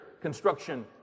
construction